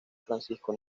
francisco